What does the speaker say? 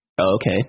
okay